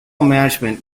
management